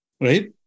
Right